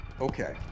Okay